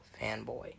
fanboy